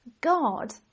God